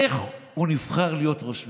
איך הוא נבחר להיות ראש הממשלה.